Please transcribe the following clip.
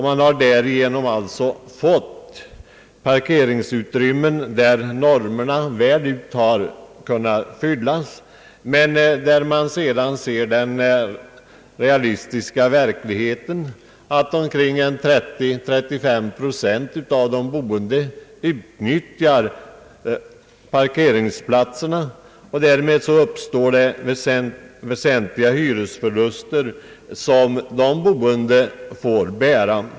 Man har därigenom alltså fått parkeringsutrymmen, där normerna väl har kunnat fyllas men där den realistiska verkligheten visar att endast omkring 30—35 procent av de boende utnyttjar parkeringsplatserna. Därmed uppstår en väsentlig hyresförlust, som de boende får bära.